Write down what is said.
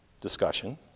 discussion